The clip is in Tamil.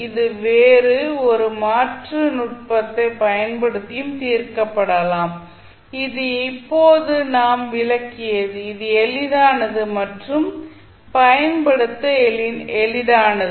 இது வேறு ஒரு மாற்று நுட்பத்தைப் பயன்படுத்தியும் தீர்க்கப்படலாம் இது இப்போது நாம் விளக்கியது இது எளிதானது மற்றும் பயன்படுத்த எளிதானது